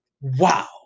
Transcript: Wow